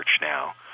now